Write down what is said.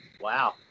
Wow